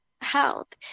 help